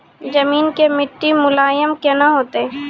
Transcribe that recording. जमीन के मिट्टी मुलायम केना होतै?